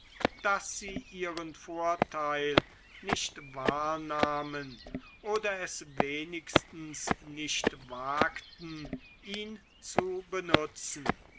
daß sie ihren vortheil nicht wahrnahmen oder es wenigstens nicht wagten ihn zu benutzen